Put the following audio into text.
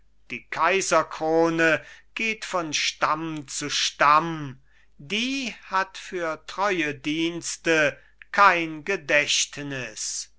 die kaiserkrone geht von stamm zu stamm die hat für treue dienste kein gedächtnis